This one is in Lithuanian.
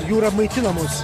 jūra maitina mus